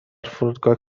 فرودگاه